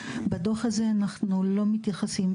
בדוח הזה אנחנו לא מתייחסים,